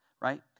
Right